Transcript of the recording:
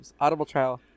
Audibletrial